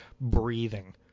breathing